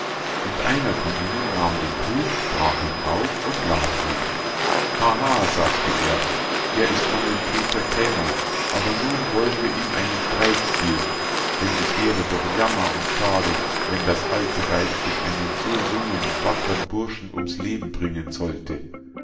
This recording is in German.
und einer von ihnen nahm den brief brach ihn auf und las ihn ha ha sagte er der ist von dem peter krämer aber nun wollen wir ihm einen streich spielen denn es wäre doch jammer und schade wenn das alte weibsstück einen so jungen wackern burschen ums leben bringen sollte